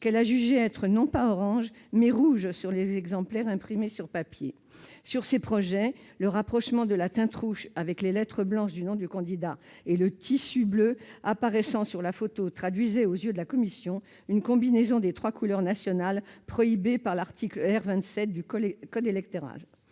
qu'elle a jugée être non pas orange mais rouge sur les exemplaires imprimés sur papier. Sur ces projets, le rapprochement de la teinte rouge avec les lettres blanches du nom du candidat et le tissu bleu apparaissant sur la photographie traduisait, aux yeux de la commission, une combinaison des trois couleurs nationales prohibée par l'article R. 27 du code électoral.